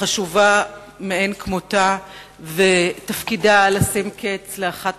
חשובה מאין כמותה ותפקידה לשים קץ לאחת